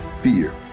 Fear